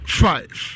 five